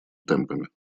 темпами